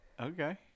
okay